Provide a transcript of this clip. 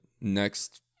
next